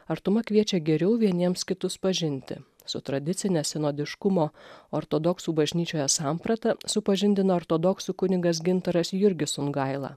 artuma kviečia geriau vieniems kitus pažinti su tradicine sinodiškumo ortodoksų bažnyčioje samprata supažindino ortodoksų kunigas gintaras jurgis sungaila